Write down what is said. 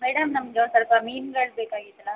madam ನಮಗೆ ಒಂದು ಸ್ವಲ್ಪ ಮೀನ್ಗಳು ಬೇಕಾಗಿತ್ತಲ್ಲ